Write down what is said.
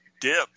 dip